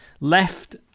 left